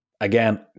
again